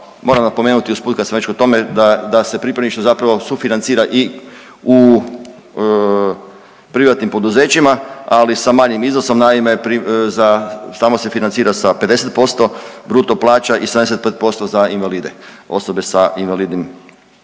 moram napomenuti usput kad sam već u tome da se pripravništvo zapravo sufinancira i u privatnim poduzećima, ali sa manjim iznosom. Naime, za tamo se financira sa 50% bruto plaća i 75% za invalide, osobe sa invalidnim sa potrebama,